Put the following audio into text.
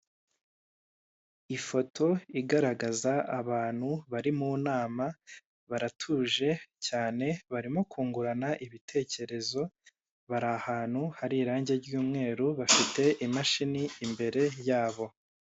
Ifoto igaragaza abantu bari mu nama baratuje cyane barimo kungurana ibitekerezo, bari ahantu hari irangi ry'umweru bafite imashini imbere yabo.